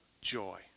joy